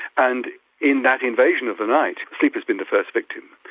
and in that invasion of the night, sleep has been the first victim.